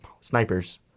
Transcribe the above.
Snipers